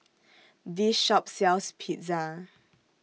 This Shop sells Pizza